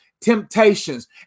temptations